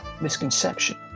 misconception